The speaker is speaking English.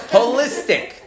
holistic